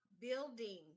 building